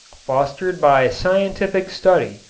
fostered by scientific study,